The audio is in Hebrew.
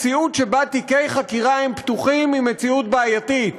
מציאות של תיקי חקירה פתוחים היא מציאות בעייתית.